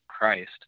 Christ